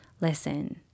listen